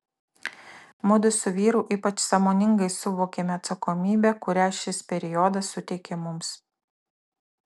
mudu su vyru ypač sąmoningai suvokėme atsakomybę kurią šis periodas suteikė mums